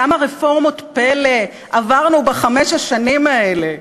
כמה רפורמות פלא עברנו בחמש השנים האלה,